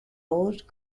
old